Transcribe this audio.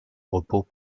repos